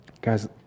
Guys